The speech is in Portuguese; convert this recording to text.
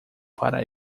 para